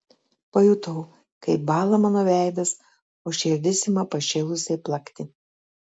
pajutau kaip bąla mano veidas o širdis ima pašėlusiai plakti